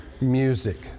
music